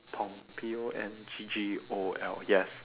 pong P O N G G O L yes